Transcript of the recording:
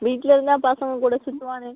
வீட்டில் இருந்தால் பசங்க கூட சுற்றுவானுங்க